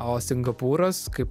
o singapūras kaip